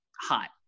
hot